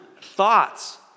thoughts